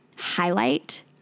highlight